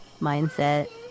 mindset